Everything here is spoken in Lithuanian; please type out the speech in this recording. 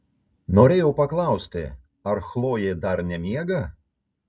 norėjau paklausti ar chlojė dar nemiega